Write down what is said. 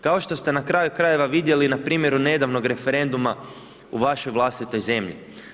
Kao što ste na kraju krajeva vidjeli na primjeru nedavnog referenduma u vašoj vlastitoj zemlji?